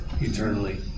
eternally